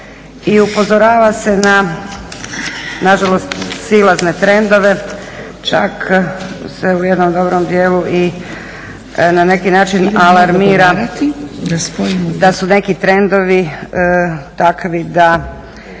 i upozorava se na nažalost silazne trendove, čak se u jednom dobrom dijelu i na neki način alarmira da su neki trendovi takvi da